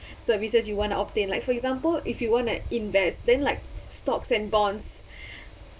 services you want to obtain like for example if you want to invest then like stocks and bonds